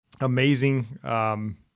Amazing